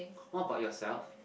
what about yourself